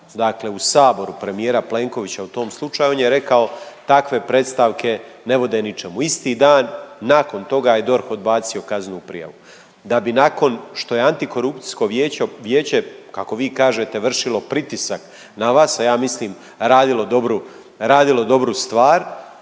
pitao u Saboru premijer Plenkovića u tom slučaju, on je rekao takve predstavke ne vode ničemu. Isti dan nakon toga je DORH odbacio kaznenu prijavu, da bi nakon što je Antikorupcijsko vijeće kako vi kažete vršilo pritisak na vas, a ja mislim radilo dobru,